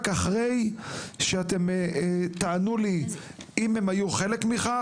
אחרי שאתם תענו לי אם הם היו חלק מכך.